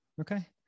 Okay